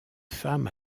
femmes